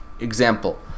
Example